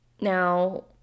Now